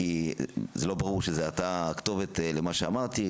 לא ברור שאתה הכתובת למה שאמרתי,